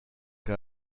que